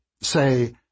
say